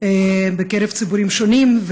בקרב ציבורים שונים,